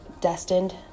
destined